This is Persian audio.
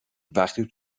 وقتی